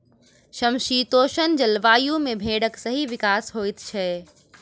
समशीतोष्ण जलवायु मे भेंड़क सही विकास होइत छै